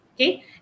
Okay